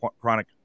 chronic